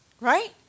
Right